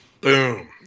Boom